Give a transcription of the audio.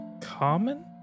common